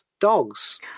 Dogs